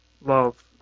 love